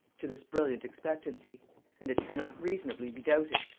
to this brilliant expectancy and it cannot reasonably be doubted,